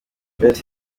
best